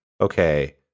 okay